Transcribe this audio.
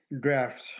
drafts